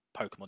Pokemon